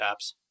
apps